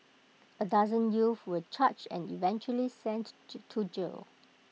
A dozen youth were charged and eventually sent to jail